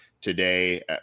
today